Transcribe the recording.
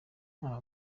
ntaha